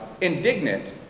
indignant